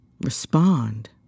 Respond